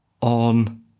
on